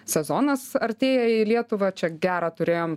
sezonas artėja į lietuvą čia gerą turėjom